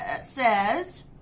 says